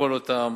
נשקול אותן.